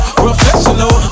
professional